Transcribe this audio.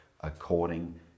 according